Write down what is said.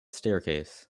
staircase